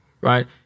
right